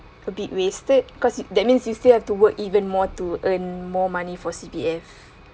a bit wasted because that means you still have to work even more to earn more money for C_P_F